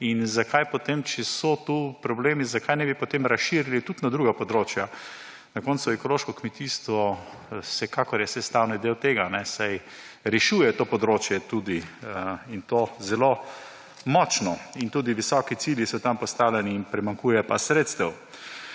Zakaj ne bi, če so tu problemi, potem razširili tudi na druga področja? Na koncu je ekološko kmetijstvo vsekakor sestavni del tega, saj tudi rešuje to področje, in to zelo močno, in tudi visoki cilji so tam postavljeni, primanjkuje pa sredstev.